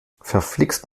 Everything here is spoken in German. verflixt